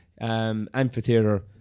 amphitheater